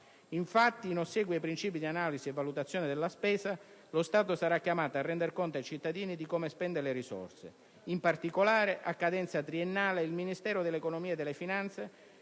Infatti, in ossequio ai principi di analisi e valutazione della spesa, lo Stato sarà chiamato a render conto ai cittadini di come spende le risorse. In particolare, a cadenza triennale, il Ministero dell'economia e delle finanze